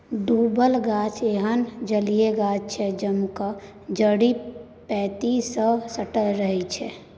डुबल गाछ एहन जलीय गाछ छै जकर जड़ि पैंदी सँ सटल रहै छै